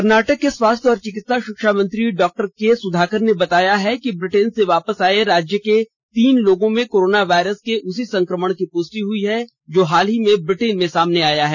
कर्नाटक के स्वास्थ्य और चिकित्सा शिक्षा मंत्री डॉक्टर के सुधाकर ने बताया है कि ब्रिटेन से वापस आए राज्य के तीन लोगों में कोरोना वायरस के उसी संक्रमण की पुष्टि हई है जो हाल ही में ब्रिटेन में सामने आया है